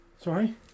Sorry